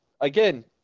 again